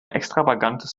extravagantes